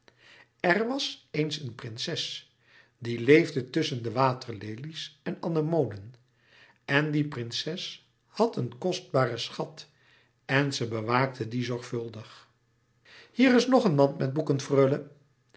er was eens een prinses die leefde tusschen de waterlelies en anemonen en die prinses had een kostbaren schat en ze bewaakte dien zorgvuldig hier is nog een mand met boeken